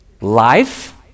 life